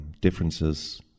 differences